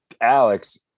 Alex